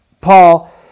Paul